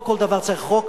לא כל דבר צריך חוק,